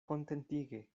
kontentige